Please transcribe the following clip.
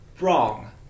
wrong